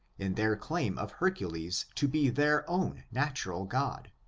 in their claim of hercules to be their own natural god,